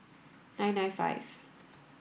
nine nine five